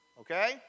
Okay